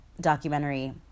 documentary